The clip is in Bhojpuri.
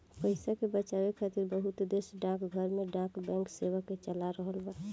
पइसा के बचावे खातिर बहुत देश डाकघर में डाक बैंक सेवा के चला रहल बा